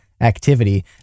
activity